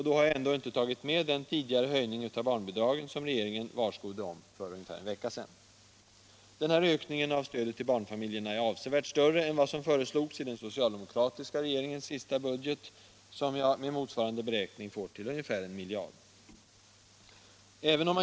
Då har jag ändå inte tagit med den tidigare höjning av barnbidragen som regeringen varskodde om för någon vecka sedan. Denna ökning av stödet till barnfamiljerna är avsevärt större än vad som föreslogs i den socialdemokratiska regeringens sista budget, som jag med motsvarande beräkning får till ungefär 1 miljard kronor.